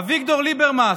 אביגדור ליברמס,